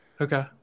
Okay